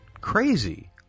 crazy